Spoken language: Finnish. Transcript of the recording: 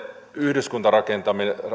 yhdyskuntarakentamisen